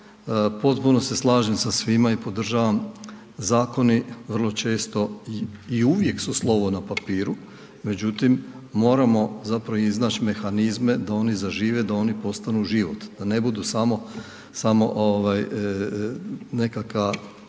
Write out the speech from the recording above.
Potpuno se slažem sa svima i podržavam, zakoni vrlo često i uvijek su slovo na papiru, međutim, moramo zapravo iznaći mehanizme, da oni zažive, da oni postanu život. Da oni ne budu samo, samo